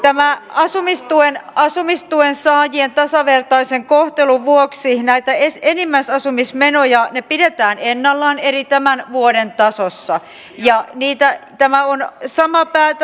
eli nyt asumistuen saajien tasavertaisen kohtelun vuoksi nämä enimmäisasumismenot pidetään ennallaan eli tämän vuoden tasossa ja tämä on sama pää ja